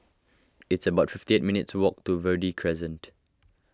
it's about fifty eight minutes' walk to Verde Crescent